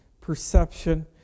perception